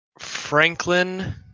franklin